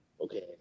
Okay